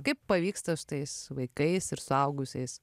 kaip pavyksta su tais vaikais ir suaugusiais